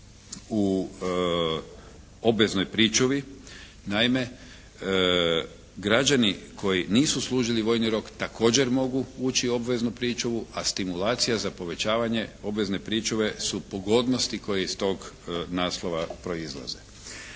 u obveznoj pričuvi. Naime, građani koji nisu služili vojni rok također mogu ući u obveznu pričuvu, a stimulacija za povećavanje obvezne pričuve su pogodnosti koje iz tog naslova proizlaze.